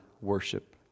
worship